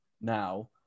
now